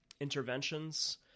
interventions